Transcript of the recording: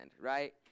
right